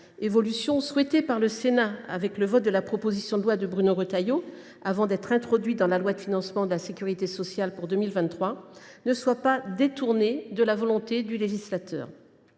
évolution souhaitée par le Sénat le vote de la proposition de loi de Bruno Retailleau avant d’être introduite dans la loi de financement de la sécurité sociale pour 2023. Il conviendra surtout, madame la ministre, de veiller